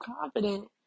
confident